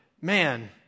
man